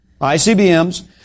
ICBMs